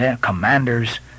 commander's